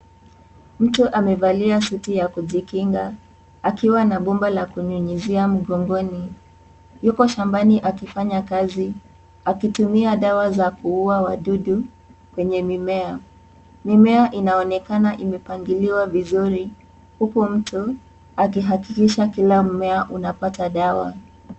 Mtu amevalia suti ya kujikinga, akiwa na bomba la kunyunyizia mgongoni. Yuko shambani akifanya kazi akitumia dawa za kuua wadudu kwenye mimea. Mimea inaonekana imepaliliwa vizuri huku mtu akihakikisha kila mmea unapata dawa.